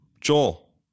Joel